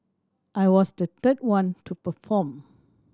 I was the third one to perform